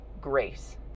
grace